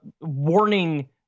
warning